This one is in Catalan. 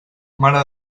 mare